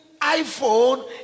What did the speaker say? iPhone